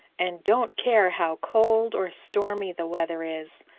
and don't care how cold or stormy the weather is.